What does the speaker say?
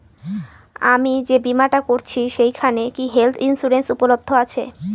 আমি যে বীমাটা করছি সেইখানে কি হেল্থ ইন্সুরেন্স উপলব্ধ আছে?